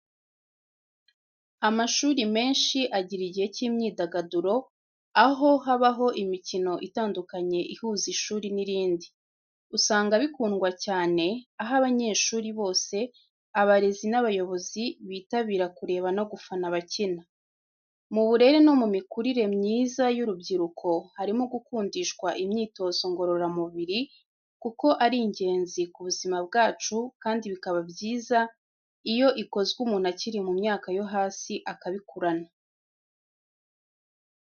Amashuri menshi agira igihe cy’imyidagaduro, aho habaho imikino itandukanye ihuza ishuri n’irindi. Usanga bikundwa cyane, aho abanyeshuri bose, abarezi n’abayobozi bitabira kureba no gufana abakina. Mu burere no mu mikurire myiza y’urubyiruko harimo gukundishwa imyitozo ngororamubiri, kuko ari ingenzi ku buzima bwacu kandi bikaba byiza iyo ikozwe umuntu akiri mu myaka yo hasi akabikurana.